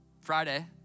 Friday